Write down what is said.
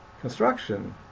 construction